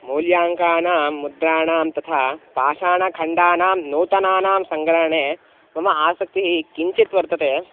मूल्याङ्कानां मुद्राणां तथा पाषाणाखण्डानां नूतनानां सङ्ग्रहणे मम आसक्तिः किञ्चित् वर्तते